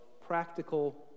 practical